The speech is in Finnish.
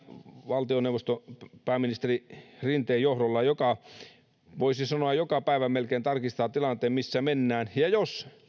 valtioneuvosto pääministeri rinteen johdolla voisi sanoa melkein joka päivä tarkistaa tilanteen missä mennään ja jos